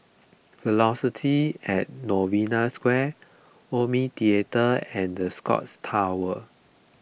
Velocity at Novena Square Omni theatre and the Scotts Tower